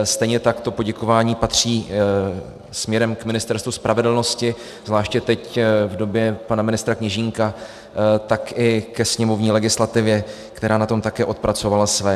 Stejně tak to poděkování patří směrem k Ministerstvu spravedlnosti, zvláště teď v době pana ministra Kněžínka, tak i ke sněmovní legislativě, která na tom také odpracovala své.